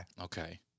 Okay